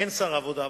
אין שר עבודה,